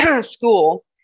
school